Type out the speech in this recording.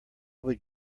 would